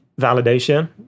validation